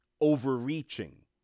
overreaching